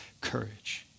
courage